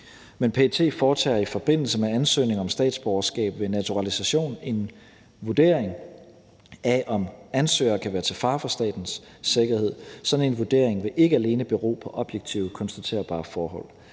Men PET foretager i forbindelse med ansøgning om statsborgerskab ved naturalisation en vurdering af, om ansøgere kan være til fare for statens sikkerhed. Sådan en vurdering vil ikke alene bero på objektive, konstaterbare forhold.